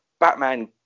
Batman